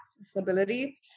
accessibility